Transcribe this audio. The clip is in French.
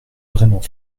vraiment